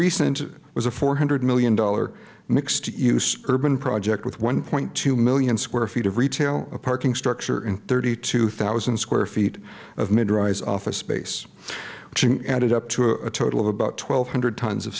recent was a four hundred million dollar mixed use urban project with one point two million square feet of retail a parking structure and thirty two thousand square feet of mid rise office space which added up to a total of about twelve hundred tons of